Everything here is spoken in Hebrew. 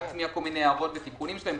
להטמיע הערות ותיקונים שלהם.